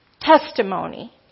testimony